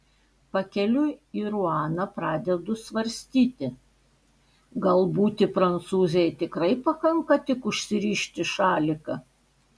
pakeliui į ruaną pradedu svarstyti gal būti prancūzei tikrai pakanka tik užsirišti šaliką